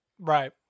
Right